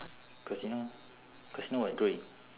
casino casino what grey